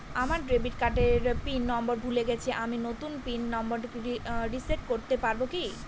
আমার ডেবিট কার্ডের PIN number ভুলে গেছি আমি নূতন পিন নম্বর রিসেট করতে পারবো কি?